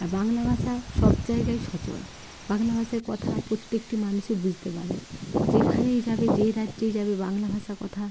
আর বাংলা ভাষা সব জায়গায় সচল বাংলা ভাষায় কথা প্রত্যেকটি মানুষই বুঝতে পারে যেখানেই যাবে যেই রাজ্যেই যাবে বাংলা ভাষা কথা